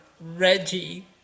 reggie